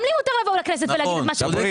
גם לי מותר לבוא לכנסת ולהגיד משהו.